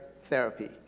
therapy